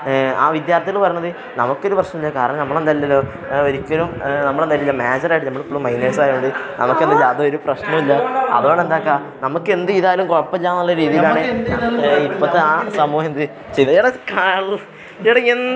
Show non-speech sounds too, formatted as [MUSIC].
ആ വിദ്യാർത്ഥികള് പറഞ്ഞത് നമുക്കൊരു പ്രശ്നവുമില്ല കാരണം നമ്മളെന്തല്ലല്ലോ ഒരിക്കലും നമ്മളെന്തായിട്ടില്ല മേജറായിട്ടില്ല നമ്മള് ഇപ്പോഴും മൈനേഴ്സ് ആയതുകൊണ്ട് നമുക്കെന്താണ് യാതൊരു പ്രശ്നവുമില്ല അതുകൊണ്ട് എന്താണ് നമുക്കെന്ത് ചെയ്താലും കുഴപ്പമില്ലെന്നുള്ള രീതിയിലാണ് ഇപ്പോഴത്തെ ആ സമൂഹമെന്ത് [UNINTELLIGIBLE]